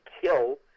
kill